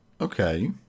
Okay